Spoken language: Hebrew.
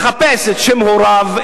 לחפש את שם הוריו,